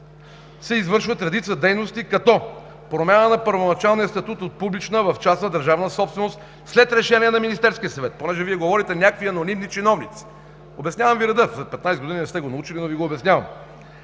се извършват редица дейности, като: промяна на първоначалния статус от публична в частна държавна собственост след решение на Министерския съвет – понеже Вие говорите „някакви анонимни чиновници“. Обяснявам Ви реда – след 15 години, ако не сте го научили, да Ви го обясня